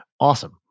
Awesome